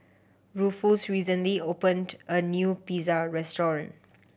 Rufus recently opened a new Pizza Restaurant